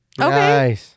okay